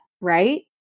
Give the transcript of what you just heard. right